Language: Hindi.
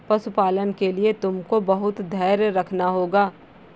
पशुपालन के लिए तुमको बहुत धैर्य रखना होगा